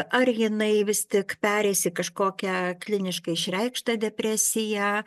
ar jinai vis tik pereis į kažkokią kliniškai išreikštą depresiją